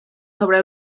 sobre